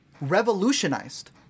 revolutionized